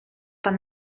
pan